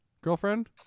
girlfriend